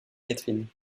catherine